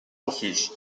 refuge